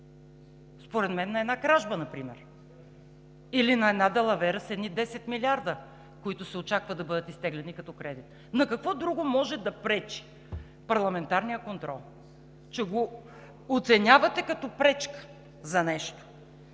Според мен на една кражба например или на една далавера с едни 10 милиарда, които се очаква да бъдат изтеглени като кредит. На какво друго може да пречи парламентарният контрол, че го оценявате като пречка за нещо?!